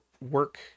work